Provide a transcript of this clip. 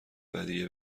ودیعه